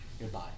Goodbye